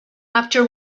after